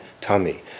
tummy